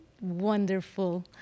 wonderful